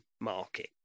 market